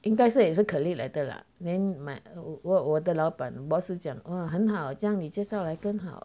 应该是也是 colleague 来的 lah then my 我我的老板 boss 是讲 oh 很好这样你介绍来更好